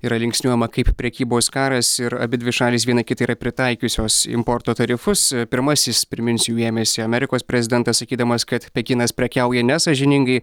yra linksniuojama kaip prekybos karas ir abidvi šalys viena kitai yra pritaikiusios importo tarifus pirmasis priminsiu jų ėmėsi amerikos prezidentas sakydamas kad pekinas prekiauja nesąžiningai